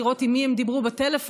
לראות עם מי הם דיברו בטלפון,